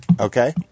Okay